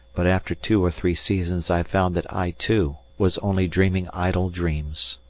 but after two or three seasons i found that i, too, was only dreaming idle dreams.